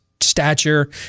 stature